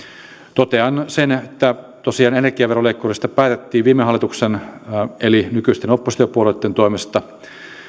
totean sen että tosiaan energiaveroleikkurista päätettiin viime hallituksen eli nykyisten oppositiopuolueitten toimesta